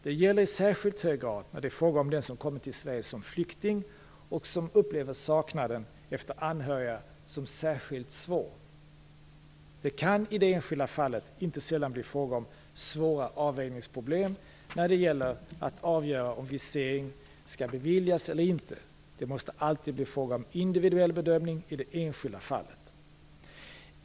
Det gäller i särskilt hög grad när det är fråga om den som kommit till Sverige som flykting och som upplever saknaden efter anhöriga som särskilt svår. Det kan i det enskilda fallet inte sällan bli fråga om svåra avvägningsproblem när det gäller att avgöra om visering skall beviljas eller inte. Det måste alltid bli fråga om en individuell bedömning i det enskilda fallet.